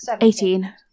Eighteen